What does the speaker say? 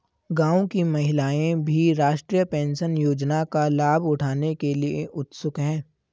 गांव की महिलाएं भी राष्ट्रीय पेंशन योजना का लाभ उठाने के लिए उत्सुक हैं